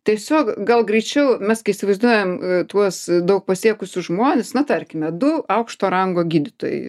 tiesiog gal greičiau mes kai įsivaizduojam tuos daug pasiekusius žmones na tarkime du aukšto rango gydytojai